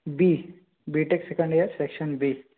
B tech second year section B